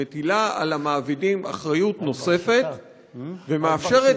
שמטילה על המעבידים אחריות נוספת ומאפשרת